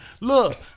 Look